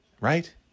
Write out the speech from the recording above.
right